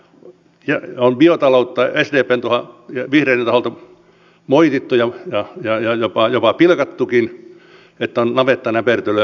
täällä on biotaloutta sdpn ja vihreiden taholta moitittu ja jopa pilkattukin että on navettanäpertelyä ja muuta